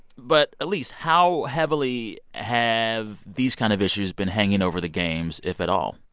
but elise, how heavily have these kind of issues been hanging over the games, if at all?